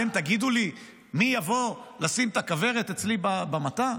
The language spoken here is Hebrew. אתם תגידו לי מי יבוא לשים את הכוורת אצלי במטע?